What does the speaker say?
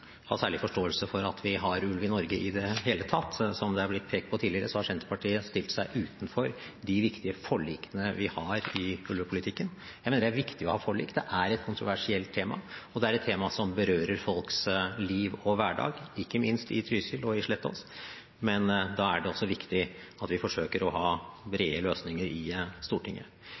særlig forståelse for at vi har ulv i Norge i det hele tatt. Som det er blitt pekt på tidligere, har Senterpartiet stilt seg utenfor de viktige forlikene vi har i ulvepolitikken. Jeg mener det er viktig å ha forlik. Det er et kontroversielt tema, og det er et tema som berører folks liv og hverdag, ikke minst i Trysil og i Slettås. Men da er det også viktig at vi forsøker å finne brede løsninger i Stortinget.